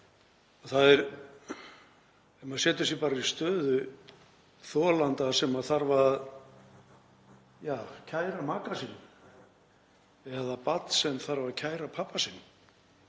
okkar. Ef maður setur sig bara í stöðu þolanda sem þarf að kæra maka sinn eða barn sem þarf að kæra pabba sinn